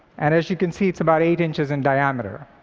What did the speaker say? and as you can see, it's about eight inches in diameter.